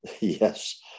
Yes